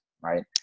Right